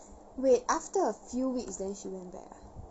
wait after a few weeks then she went back ah